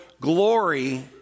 glory